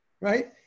Right